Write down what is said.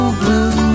blue